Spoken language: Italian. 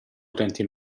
utenti